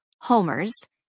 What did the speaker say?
homers